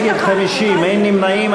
50 נגד, אין נמנעים.